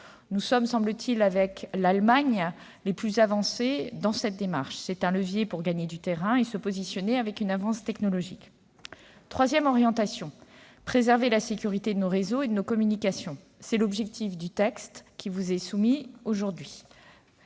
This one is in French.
France est, semble-t-il, avec l'Allemagne, la plus avancée dans cette démarche. C'est un levier pour gagner du terrain et acquérir une avance technologique. La troisième orientation consiste à préserver la sécurité de nos réseaux et de nos communications. Tel est l'objectif du texte qui vous est aujourd'hui